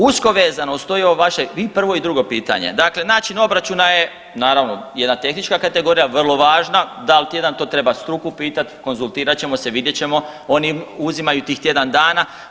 Usko vezano uz to je i ovo vaše i prvo i drugo pitanje, dakle način obračuna je naravno jedna tehnička kategorija vrlo važna, dal tjedan, to treba struku pitat, konzultirat ćemo se, vidjet ćemo, oni uzimaju tih tjedan dana.